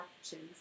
actions